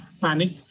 panic